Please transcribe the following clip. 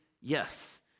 yes